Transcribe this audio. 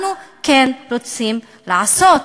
אנחנו כן רוצים לעשות,